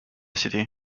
city